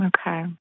Okay